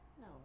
No